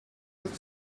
but